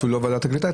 ואפילו לא ועדת הקליטה,